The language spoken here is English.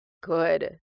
good